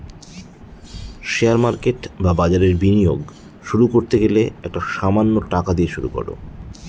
share market বা বাজারে বিনিয়োগ শুরু করতে গেলে একটা সামান্য টাকা দিয়ে শুরু করো